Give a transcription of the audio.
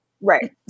Right